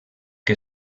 que